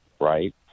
right